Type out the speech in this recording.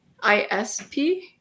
ISP